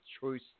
choice